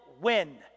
win